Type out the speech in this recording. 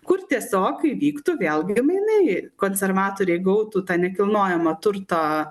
kur tiesiog įvyktų vėlgi mainai konservatoriai gautų tą nekilnojamo turto